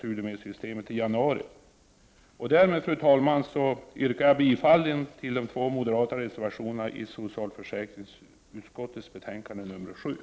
1989/90:47 slag om en utveckling av studiemedelssystemet. 15 december 1989 Fru talman! Med det anförda yrkar jag bifall till de två moderata reserva